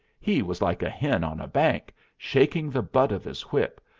he was like a hen on a bank, shaking the butt of his whip,